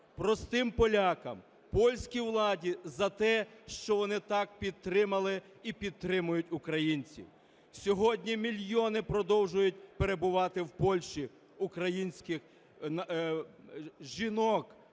простим полякам, польській владі за те, що вони так підтримали і підтримують українців. Сьогодні мільйони продовжують перебувати в Польщі українських жінок,